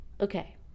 Okay